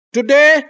Today